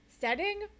setting